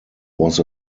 was